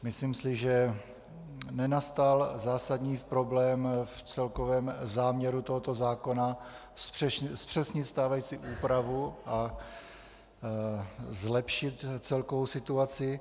Myslím si, že nenastal zásadní problém v celkovém záměru tohoto zákona zpřesnit stávající úpravu a zlepšit celkovou situaci.